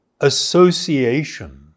association